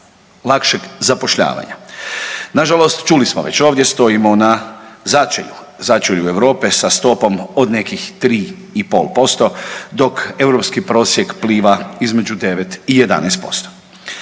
lakšeg zapošljavanja. Nažalost, čuli smo već ovdje stojimo na začelju, začelju Europe sa stopom od nekih 3,5% dok europski prosjek pliva između 9 i 11%.